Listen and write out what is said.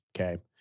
Okay